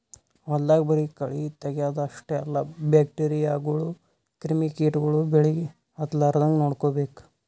ಹೊಲ್ದಾಗ ಬರಿ ಕಳಿ ತಗ್ಯಾದ್ ಅಷ್ಟೇ ಅಲ್ಲ ಬ್ಯಾಕ್ಟೀರಿಯಾಗೋಳು ಕ್ರಿಮಿ ಕಿಟಗೊಳು ಬೆಳಿಗ್ ಹತ್ತಲಾರದಂಗ್ ನೋಡ್ಕೋಬೇಕ್